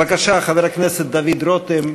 בבקשה, חבר הכנסת דוד רותם.